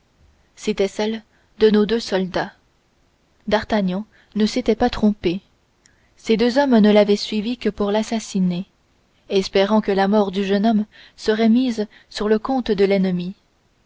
c'étaient celles de nos deux soldats d'artagnan ne s'était pas trompé ces deux hommes ne l'avaient suivi que pour l'assassiner espérant que la mort du jeune homme serait mise sur le compte de l'ennemi